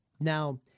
now